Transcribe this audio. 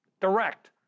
direct